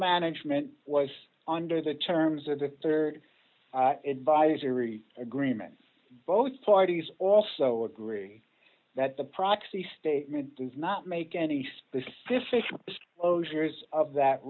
management was under the terms of the rd advisory agreement both parties also agree that the proxy statement does not make any specific closures of that